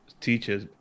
teachers